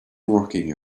working